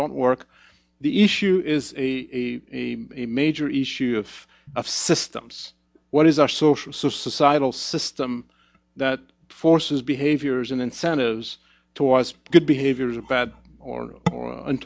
don't work the issue is a major issue if a systems what is our social societal system that forces behaviors and incentives to was good behaviors or bad or